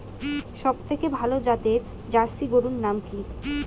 সবথেকে ভালো জাতের জার্সি গরুর নাম কি?